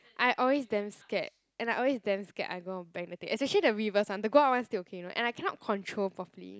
I always damn scared and I always damn scared I go and bang the thing especially the reverse one the go up one still okay you know and I cannot control properly